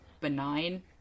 benign